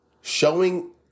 showing